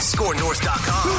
ScoreNorth.com